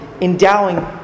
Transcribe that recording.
endowing